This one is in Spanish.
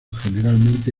generalmente